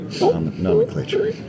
nomenclature